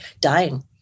dying